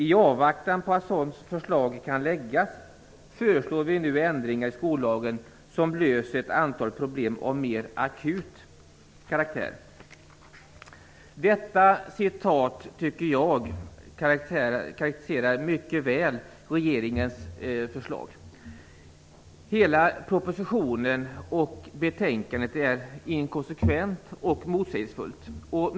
I avvaktan på att ett sådant förslag kan läggas föreslår vi nu ändringar i skollagen som löser ett antal problem av mer akut karaktär." Detta citat tycker jag mycket väl karakteriserar regeringens förslag. Hela propositionen - och betänkandet - är inkonsekvent och motsägelsefull.